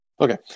okay